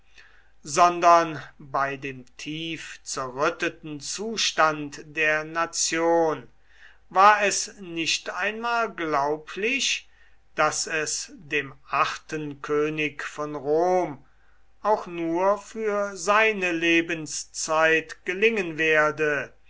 sondern bei dem tief zerrütteten zustand der nation war es nicht einmal glaublich daß es dem achten könig von rom auch nur für seine lebenszeit gelingen werde